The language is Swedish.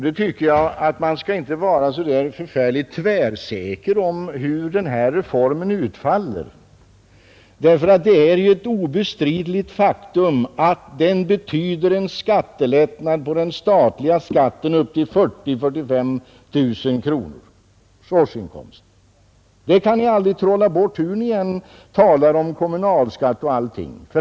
Då tycker jag att man inte skall vara så där tvärsäker på hur denna reform utfaller. Det är ju ett obestridligt faktum att den betyder en skattelättnad på den statliga skatten för inkomster på upp till 40 000—45 000 kronor per år. Det kan ni aldrig trolla bort vad ni än säger om kommunalskatt och annat.